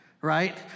right